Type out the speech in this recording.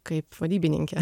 kaip vadybininkė